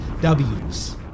W's